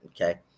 Okay